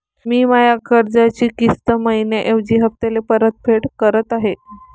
मी माया कर्जाची किस्त मइन्याऐवजी हप्त्याले परतफेड करत आहे